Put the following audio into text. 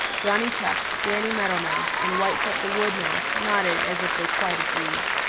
johnny chuck, danny meadow mouse and whitefoot the wood mouse nodded as if they quite agreed.